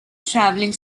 travelling